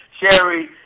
Sherry